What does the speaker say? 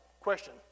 Question